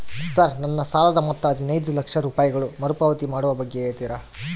Sir ನನ್ನ ಸಾಲದ ಮೊತ್ತ ಹದಿನೈದು ಲಕ್ಷ ರೂಪಾಯಿಗಳು ಮರುಪಾವತಿ ಮಾಡುವ ಬಗ್ಗೆ ಹೇಳ್ತೇರಾ?